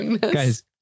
Guys